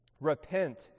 Repent